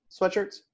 sweatshirts